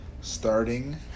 Starting